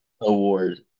award